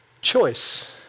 choice